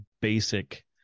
basic